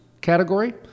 category